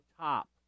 top